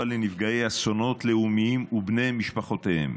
לנפגעי אסונות לאומיים ובני משפחותיהם,